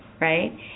right